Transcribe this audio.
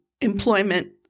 employment